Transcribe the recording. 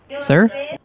sir